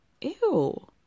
Ew